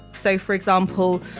so for example,